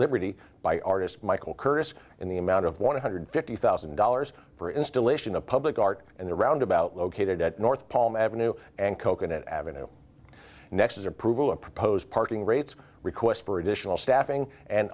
liberty by artist michael curtis in the amount of one hundred fifty thousand dollars for installation of public art and the roundabout located at north palm ave and coconut ave next is approval a proposed parking rates request for additional staffing and